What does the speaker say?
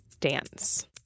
dance